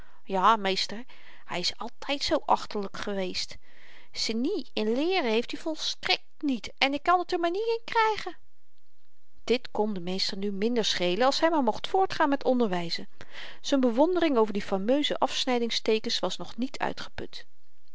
ja meester hy is altyd zoo achterlyk geweest senie in leeren heeft i volstrekt niet en ik kan t er maar niet in krygen dit kon den meester nu minder schelen als hy maar mocht voortgaan met onderwyzen z'n bewondering over die fameuze afsnydings teekens was nog niet uitgeput